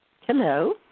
Hello